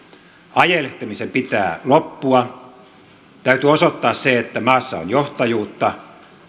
ajelehtimisen pitää loppua täytyy osoittaa se että maassa on johtajuutta